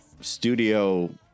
studio